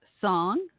song